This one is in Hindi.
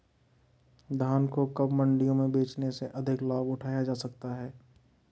धान को कब मंडियों में बेचने से अधिक लाभ उठाया जा सकता है?